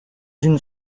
unes